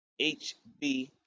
HB